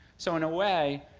so in a way,